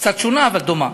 קצת שונה, אבל דומה.